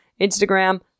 Instagram